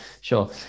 sure